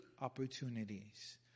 opportunities